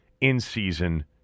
in-season